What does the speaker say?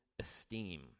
esteem